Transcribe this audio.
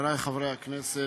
חברי חברי הכנסת,